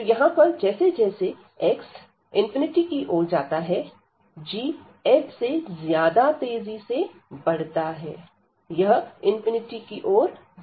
तो यहां पर जैसे जैसे x→∞ की ओर अग्रसर होता है g f से ज्यादा तेजी से बढ़ता है यह की ओर ज्यादा तेजी से बढ़ता है